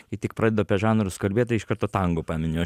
kai tik pradedu apie žanrus kalbėt tai iš karto tango paminiu